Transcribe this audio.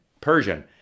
Persian